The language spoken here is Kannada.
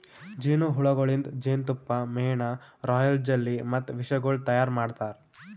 ಜೇನು ಹುಳಗೊಳಿಂದ್ ಜೇನತುಪ್ಪ, ಮೇಣ, ರಾಯಲ್ ಜೆಲ್ಲಿ ಮತ್ತ ವಿಷಗೊಳ್ ತೈಯಾರ್ ಮಾಡ್ತಾರ